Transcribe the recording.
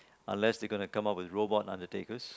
unless they gonna come up with robot undertakers